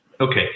okay